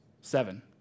seven